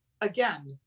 again